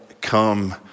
come